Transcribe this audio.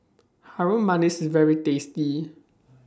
Harum Manis IS very tasty